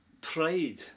pride